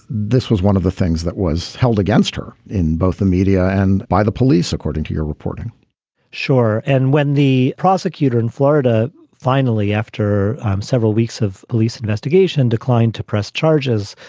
this was one of the things that was held against her in both the media and by the police, according to your reporting sure. and when the prosecutor in florida finally, after several weeks of police investigation, declined to press charges,